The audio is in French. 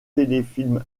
téléfilm